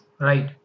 right